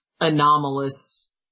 anomalous